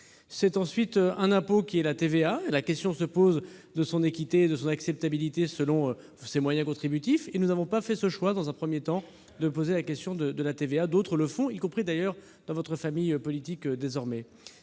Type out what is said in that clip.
nous en avons supprimé -, puis la TVA. La question se pose de son équité et de son acceptabilité, selon ses moyens contributifs. Nous n'avons pas, dans un premier temps, posé la question de la TVA. D'autres la posent, y compris d'ailleurs dans votre famille politique désormais.